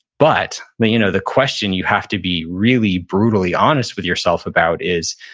but the you know the question you have to be really brutally honest with yourself about is,